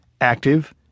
active